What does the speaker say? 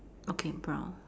okay brown